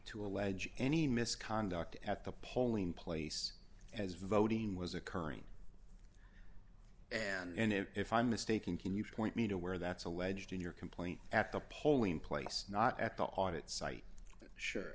to allege any misconduct at the polling place as voting was occurring and there if i'm mistaken can you point me to where that's alleged in your complaint at the polling place not at the audit site sure